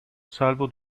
salvo